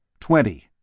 Twenty